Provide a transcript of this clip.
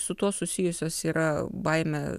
su tuo susijusios yra baimė